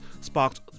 sparked